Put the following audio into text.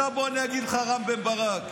בוא אני אגיד לך, רם בן ברק.